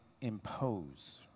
impose